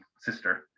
sister